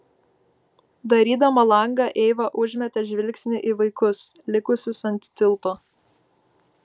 darydama langą eiva užmetė žvilgsnį į vaikus likusius ant tilto